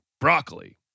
broccoli